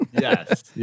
Yes